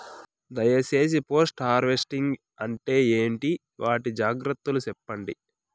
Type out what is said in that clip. దయ సేసి post harvesting అంటే ఏంటి? వాటి జాగ్రత్తలు సెప్పండి?